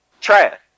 Trash